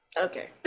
okay